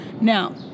Now